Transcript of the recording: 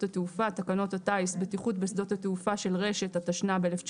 התעופה" - תקנות הטיס (בטיחות בשדות התעופה של רשות שדות התעופה),